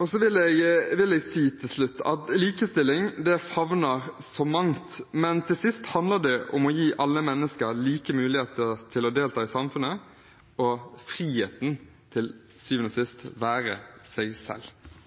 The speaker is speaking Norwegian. Jeg vil til slutt si at likestilling favner så mangt, men til syvende og sist handler det om å gi alle mennesker like muligheter til å delta i samfunnet, og om friheten til å være seg selv.